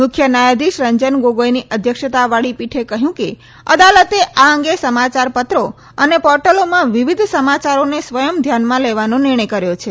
મુખ્ય ન્યાયાધીશ રંજન ગોગોઈની અધ્યક્ષતાવાળી પીઠે કહયું કે અદાલતે આ અંગે સમાયાર પત્રો અને પોર્ટલોમાં વિવિધ સમાયારોને સ્વયં ધ્યાનમાં લેવાનો નિર્ણય કર્યો છે